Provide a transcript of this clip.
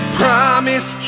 promise